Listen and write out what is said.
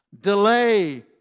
Delay